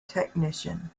technician